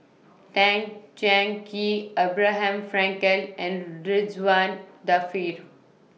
Tan Cheng Kee Abraham Frankel and Ridzwan Dzafir